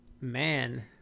Man